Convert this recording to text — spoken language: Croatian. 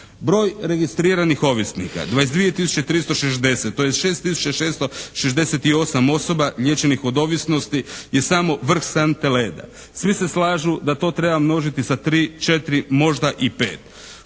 Broj registriranih ovisnika 22 tisuće 360, to je 6 tisuća 668 osoba liječenih od ovisnosti je samo vrh sante leda. Svi se slažu da to treba množiti sa 3, 4 možda i 5.